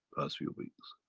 past few weeks.